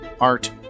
art